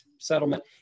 Settlement